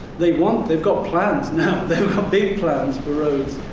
they want they've got plans, now. they've got big plans for roads.